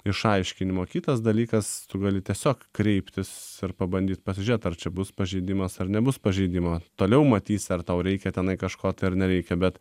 išaiškinimo kitas dalykas tu gali tiesiog kreiptis ir pabandyt pasižiūrėt ar čia bus pažeidimas ar nebus pažeidimo toliau matys ar tau reikia tenai kažko ar nereikia bet